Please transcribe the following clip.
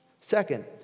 Second